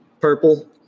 purple